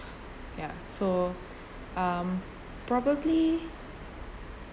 ya so um probably